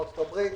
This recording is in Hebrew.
ארצות הברית,